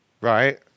Right